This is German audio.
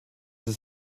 ist